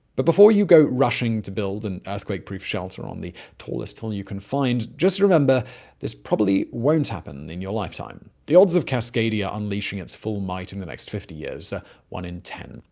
but before you go rushing to build an earthquake-proof shelter on the tallest hill you can find, just remember this probably won't happen in your lifetime. the odds of cascadia unleashing its full might in the next fifty years are one in ten.